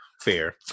fair